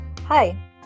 Hi